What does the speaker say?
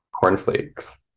Cornflakes